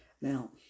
Now